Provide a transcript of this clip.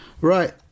right